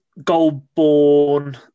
Goldborn